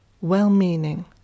well-meaning